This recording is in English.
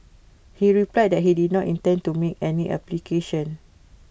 he replied that he did not intend to make any application